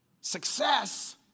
success